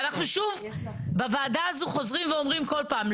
ואנחנו שוב בוועדה הזו חוזרים ואומרים כל פעם,